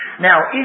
Now